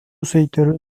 sektörü